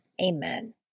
Amen